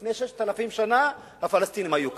לפני 6,000 שנה הפלסטינים היו כאן.